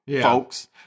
folks